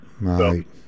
Right